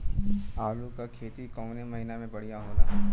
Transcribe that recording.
आलू क खेती कवने महीना में बढ़ियां होला?